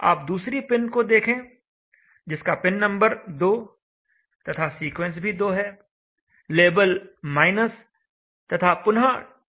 आप दूसरी पिन को देखें जिस का पिननंबर 2 तथा सीक्वेंस भी 2 है लेबल '' तथा पुनः टाइप pwr है